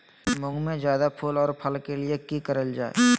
मुंग में जायदा फूल और फल के लिए की करल जाय?